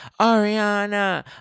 Ariana